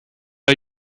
are